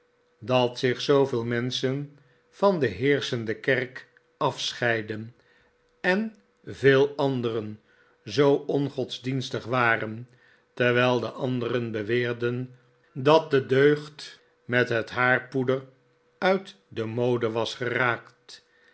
dat zich zooveel menschen van de heerschende kerk afscheicfden en veel anderen zoo ongodsdienstig waren terwijl de anderen beweerden dat de deugd met het haarpoeder uit de mode was geraakt